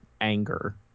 anger